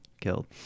killed